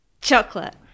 chocolate